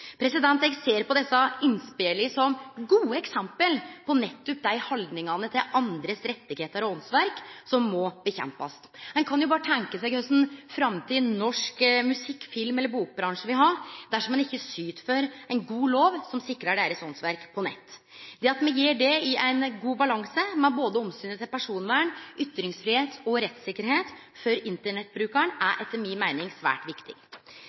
Nav. Eg ser på desse innspela som gode eksempel på haldingar til andre sine rettar og åndsverk som ein må kjempe mot. Ein kan jo berre tenkje seg korleis framtid norsk musikk, film eller bokbransje vil ha dersom ein ikkje syt for ein god lov som sikrar deira åndsverk på nett. Det at me gjer det i ein god balanse, med både omsynet til personvern, ytringsfridom og rettssikkerheit for Internett-brukaren, er etter mi meining svært viktig.